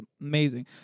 amazing